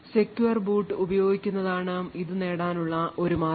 secure boot ഉപയോഗിക്കുന്നതാണ് ഇത് നേടാനുള്ള ഒരു മാർഗം